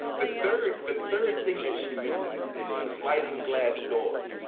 the third the third thing that she mentions is sliding glass doors.